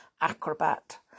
acrobat